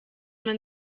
man